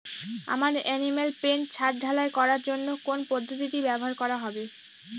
আমার animal pen ছাদ ঢালাই করার জন্য কোন পদ্ধতিটি ব্যবহার করা হবে?